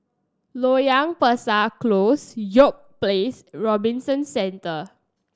Loyang Besar Close York Place and Robinson Centre